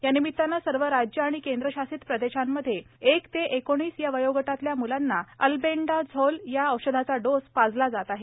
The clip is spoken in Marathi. या निमित्तानं सर्व राज्य आणि केंद्रशासित प्रदेशांमध्ये एक ते एकोणीस या वयोगटातल्या मुलांना अल्बेंडाझोल या औषधाचा डोस पाजला जात आहे